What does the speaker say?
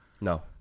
No